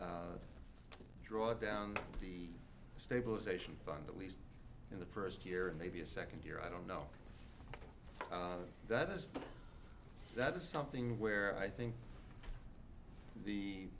to draw down the stabilization fund at least in the first year and maybe a second year i don't know that is that is something where i think the